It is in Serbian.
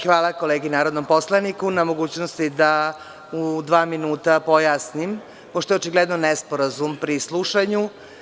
Hvala kolegi narodnom poslaniku na mogućnosti da u dva minuta pojasnim, pošto je očigledno nesporazum pri slušanju.